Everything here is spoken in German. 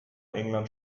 england